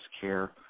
care